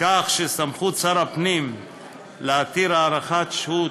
כך שסמכות שר הפנים להתיר הארכת שהות